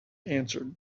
answered